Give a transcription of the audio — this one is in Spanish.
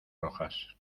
rojas